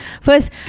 First